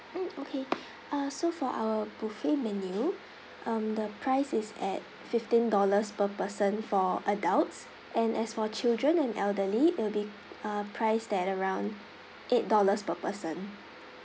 mm okay uh so for our buffet menu um the price is at fifteen dollars per person for adults and as for children and elderly it will be uh priced at around eight dollars per person